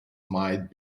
might